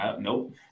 Nope